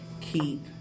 Keep